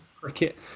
cricket